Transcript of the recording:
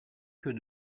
que